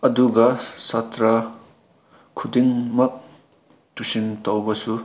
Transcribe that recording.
ꯑꯗꯨꯒ ꯁꯥꯇ꯭ꯔꯥ ꯈꯨꯗꯤꯡꯃꯛ ꯇꯨꯏꯁꯟ ꯇꯧꯕꯁꯨ